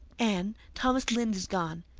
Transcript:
anne, thomas lynde is gone.